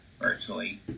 virtually